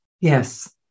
Yes